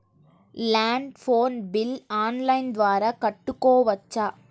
Land phone bill online ద్వారా కట్టుకోవచ్చు?